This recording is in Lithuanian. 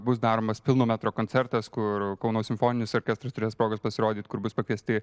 bus daromas pilno metro koncertas kur kauno simfoninis orkestras turės progos pasirodyt kur bus pakviesti